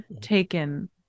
taken